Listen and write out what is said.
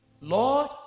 Lord